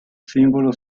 símbolos